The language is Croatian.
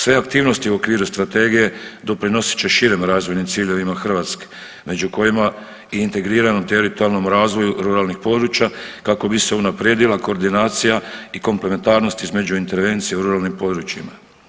Sve aktivnosti u okviru strategije doprinosit će širim razvojnim ciljevima Hrvatske među kojima i integriranu teritorijalnom razvoju ruralnih područja kako bi se unaprijedila koordinacija i komplementarnost između intervencije u ruralnim područjima.